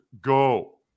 go